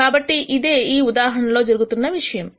కాబట్టి ఇదే ఈ ఉదాహరణలో జరుగుతున్న విషయము